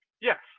Yes